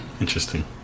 interesting